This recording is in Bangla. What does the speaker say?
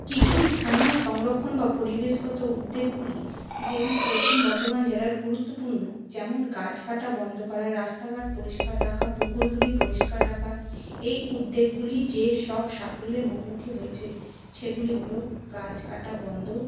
কিছু স্থানীয় সংরক্ষণ বা পরিবেশগত উদ্যোগগুলি যেগুলি পশ্চিম বর্ধমান জেলার গুরুত্বপূর্ণ যেমন গাছ কাটা বন্ধ করা রাস্তাঘাট পরিষ্কার রাখা পুকুরগুলি পরিষ্কার রাখা এই উদ্যোগগুলি যে সব সাফল্যের মুখোমুখি হয়েছে সেগুলি হল গাছ কাটা বন্ধ